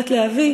בת לאבי,